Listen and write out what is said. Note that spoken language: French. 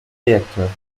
réacteurs